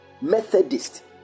Methodist